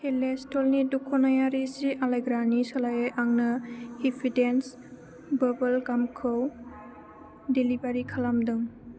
हेलेज स्ट'लनि दख'नायारि जि आलायग्रानि सोलायै आंनो हेपिडेन्टस बोबोल गामखौ डेलिबारि खालामदों